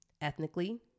ethnically